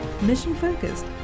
mission-focused